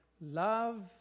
Love